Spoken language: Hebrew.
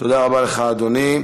תודה רבה לך, אדוני.